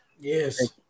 Yes